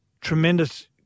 tremendous